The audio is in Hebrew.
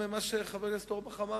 גם מה שחבר הכנסת אורבך אמר,